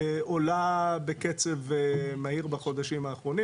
עולה בקצב מהיר בחודשים האחרונים.